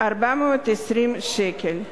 420 שקל.